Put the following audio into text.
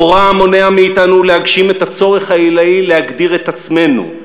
המורא המונע מאתנו להגשים את הצורך העילאי להגדיר את עצמנו,